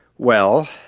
well,